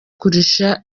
kurusha